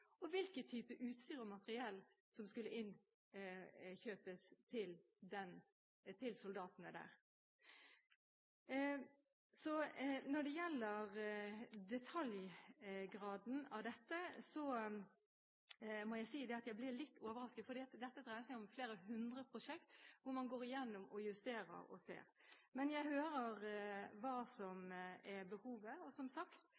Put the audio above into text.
soldatene der. Når det gjelder detaljgraden, må jeg si at jeg blir litt overrasket, fordi det dreier seg om flere hundre prosjekter som man går gjennom og justerer. Men jeg hører hva som er behovet, og, som sagt,